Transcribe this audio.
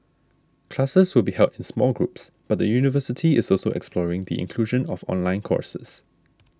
classes will be held in small groups but the university is also exploring the inclusion of online courses